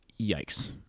yikes